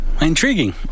Intriguing